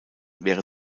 wäre